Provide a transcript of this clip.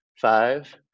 Five